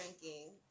drinking